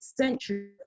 century